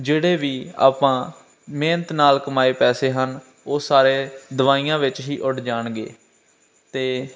ਜਿਹੜੇ ਵੀ ਆਪਾਂ ਮਿਹਨਤ ਨਾਲ ਕਮਾਏ ਪੈਸੇ ਹਨ ਉਹ ਸਾਰੇ ਦਵਾਈਆਂ ਵਿੱਚ ਹੀ ਉੱਡ ਜਾਣਗੇ ਅਤੇ